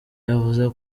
yavuze